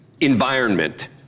environment